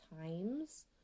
times